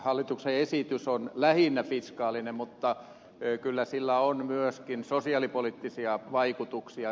hallituksen esitys on lähinnä fiskaalinen mutta kyllä sillä on myöskin sosiaalipoliittisia vaikutuksia